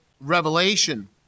Revelation